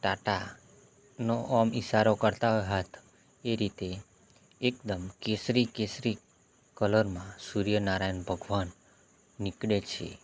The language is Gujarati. ટાટાનો ઓમ ઈશારો કરતાં હોય હાથ એ રીતે એકદમ કેસરી કેસરી કલરમાં સૂર્યનારાયણ ભગવાન નીકળે છે